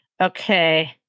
Okay